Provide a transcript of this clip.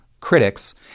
critics